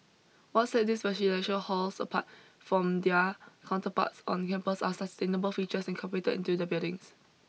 what sets these residential halls apart from their counterparts on campus are sustainable features incorporated into the buildings